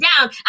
down